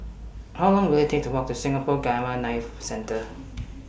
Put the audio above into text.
How Long Will IT Take to Walk to Singapore Gamma Knife Centre